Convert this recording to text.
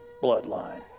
bloodline